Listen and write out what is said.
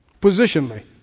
Positionally